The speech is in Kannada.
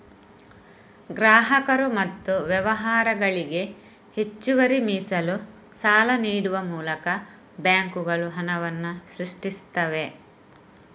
ಗ್ರಾಹಕರು ಮತ್ತು ವ್ಯವಹಾರಗಳಿಗೆ ಹೆಚ್ಚುವರಿ ಮೀಸಲು ಸಾಲ ನೀಡುವ ಮೂಲಕ ಬ್ಯಾಂಕುಗಳು ಹಣವನ್ನ ಸೃಷ್ಟಿಸ್ತವೆ